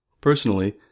Personally